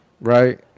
right